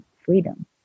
freedom